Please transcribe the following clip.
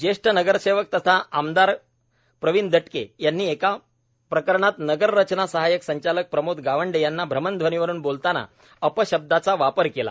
ज्येष्ठ नगरसेवक तथा आमदार प्रवीण दटके यांनी एका प्रकरणात नगररचना सहायक संचालक प्रमोद गावंडे यांना भ्रमणध्वनीवरून बोलताना अपशब्दाचा वापर केला